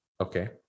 okay